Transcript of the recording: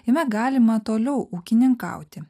jame galima toliau ūkininkauti